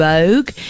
vogue